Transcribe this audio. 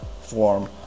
form